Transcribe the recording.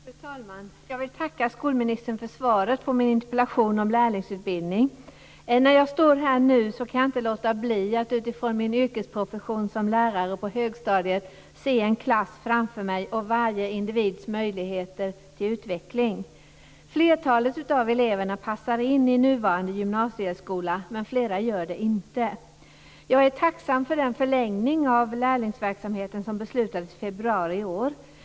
Fru talman! Jag vill tacka skolministern för svaret på min interpellation om lärlingsutbildning. När jag nu står här kan jag inte låta bli att utifrån min yrkesprofession som lärare på högstadiet se en klass framför mig och varje individs möjligheter till utveckling. Flertalet av eleverna passar in i nuvarande gymnasieskola, men flera gör det inte. Jag är tacksam för den förlängning av lärlingsverksamheten som beslutades i februari i år.